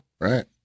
Right